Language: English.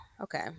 okay